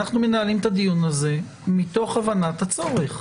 אנחנו מנהלים את הדיון הזה מתוך הבנת הצורך.